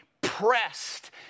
pressed